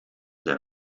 der